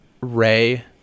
Ray